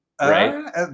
Right